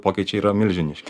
pokyčiai yra milžiniški